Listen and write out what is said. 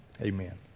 amen